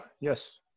Yes